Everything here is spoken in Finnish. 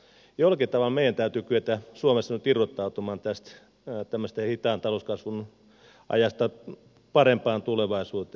jollakin tavalla meidän täytyy kyetä suomessa nyt irrottautumaan tämmöisestä hitaan talouskasvun ajasta parempaan tulevaisuuteen